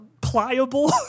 pliable